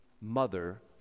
mother